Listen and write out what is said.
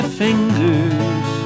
fingers